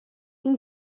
این